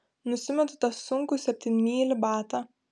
nusimetu tą sunkų septynmylį batą